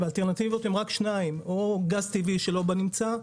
האלטרנטיבות הן רק שתיים: או גז טבעי שלא בנמצא,